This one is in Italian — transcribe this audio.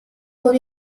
con